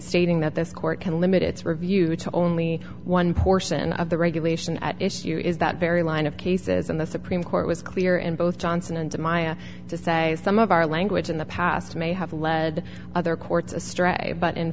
stating that this court can limit its review to only one portion of the regulation at issue is that very line of cases in the supreme court was clear in both johnson and maya to say some of our language in the past may have led other courts astray but in